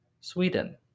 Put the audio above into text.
sweden